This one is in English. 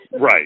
right